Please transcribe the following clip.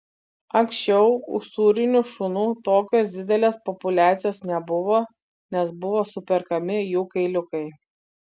anksčiau usūrinių šunų tokios didelės populiacijos nebuvo nes buvo superkami jų kailiukai